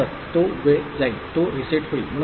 तर तो वेळ जाईल तो रीसेट होईल